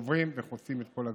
עוברים וחוצים את כל הגבולות.